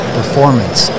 performance